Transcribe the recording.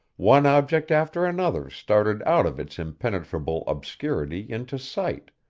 one object after another started out of its impenetrable obscurity into sight,